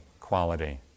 quality